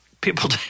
people